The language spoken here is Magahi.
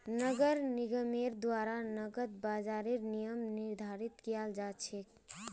नगर निगमेर द्वारा नकद बाजारेर नियम निर्धारित कियाल जा छेक